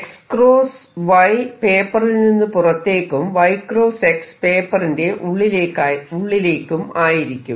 xy പേപ്പറിൽ നിന്നും പുറത്തേക്കും yx പേപ്പറിന്റെ ഉള്ളിലേക്കും ആയിരിക്കും